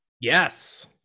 Yes